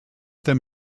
them